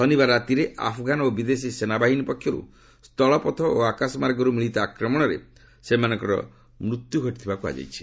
ଶନିବାର ରାତିରେ ଆଫ୍ଗାନ୍ ଓ ବିଦେଶୀ ସେନାବାହିନୀ ପକ୍ଷର୍ ସ୍ଥଳପଥ ଓ ଆକାଶମାର୍ଗରୁ ମିଳିତ ଆକ୍ରମଣରେ ସେମାନଙ୍କର ମୃତ୍ୟୁ ଘଟିଥିବା କୁହାଯାଉଛି